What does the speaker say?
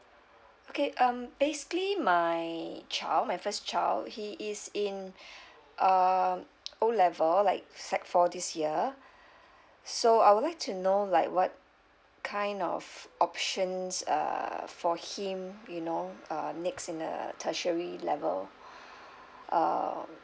okay um basically my child my first child he is in um O level like sec four this year so I would like to know like what kind of options uh for him you know um next in the tertiary level um